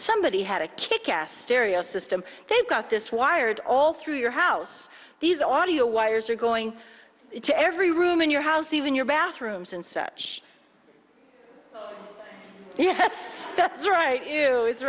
somebody had a kickass stereo system they've got this wired all through your house these audio wires are going to every room in your house even your bathrooms and such yes that's right